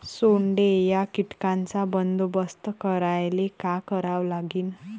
सोंडे या कीटकांचा बंदोबस्त करायले का करावं लागीन?